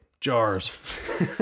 jars